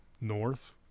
north